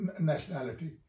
nationality